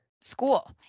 school